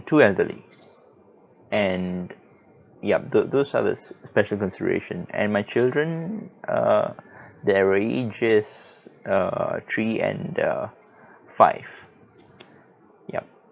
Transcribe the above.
two elderly and ya the those are the special consideration and my children err they vary just err three and uh five ya